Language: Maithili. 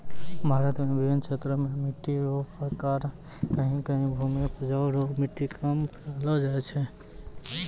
भारत मे बिभिन्न क्षेत्र मे मट्टी रो प्रकार कहीं कहीं भूमि उपजाउ रो मट्टी कम पैलो जाय छै